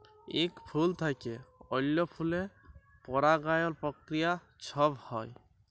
ইক ফুল থ্যাইকে অল্য ফুলে পরাগায়ল পক্রিয়া ছব হ্যয়